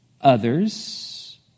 others